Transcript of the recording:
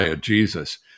Jesus